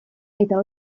eta